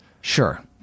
Sure